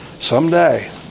Someday